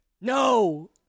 No